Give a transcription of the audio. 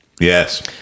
Yes